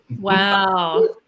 Wow